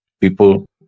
People